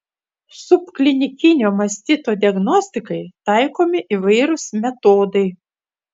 subklinikinio mastito diagnostikai taikomi įvairūs metodai